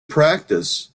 practice